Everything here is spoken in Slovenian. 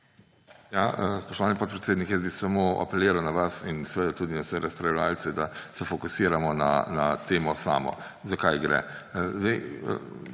Spoštovani podpredsednik, jaz bi samo apeliral na vas in seveda tudi na vse razpravljavce, da se fokusiramo na temo samo. Za kaj gre?